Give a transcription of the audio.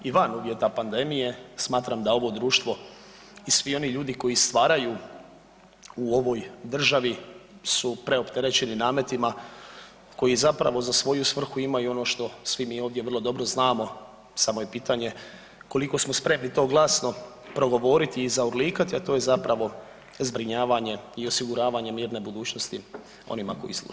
I van uvjeta pandemije smatram da ovo društvo i svi oni ljudi koji stvaraju u ovoj državi su preopterećeni nametima koji zapravo za svoju svrhu imaju ono što svi mi ovdje vrlo dobro znamo samo je pitanje koliko smo spremni to glasno progovoriti i zaurlikati, a to je zapravo zbrinjavanje i osiguravanjem jedne budućnosti onima koji slušaju.